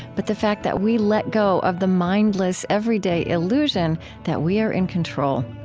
but the fact that we let go of the mindless, everyday illusion that we are in control.